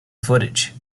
footage